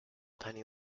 penny